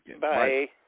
Bye